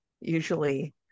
usually